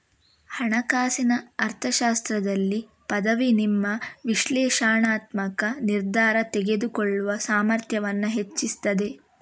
ಹಣಕಾಸಿನ ಅರ್ಥಶಾಸ್ತ್ರದಲ್ಲಿ ಪದವಿ ನಿಮ್ಮ ವಿಶ್ಲೇಷಣಾತ್ಮಕ ನಿರ್ಧಾರ ತೆಗೆದುಕೊಳ್ಳುವ ಸಾಮರ್ಥ್ಯವನ್ನ ಹೆಚ್ಚಿಸ್ತದೆ